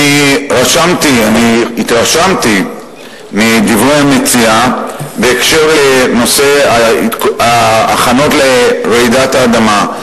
אני התרשמתי מדברי המציעה בקשר לנושא ההכנות לרעידת האדמה.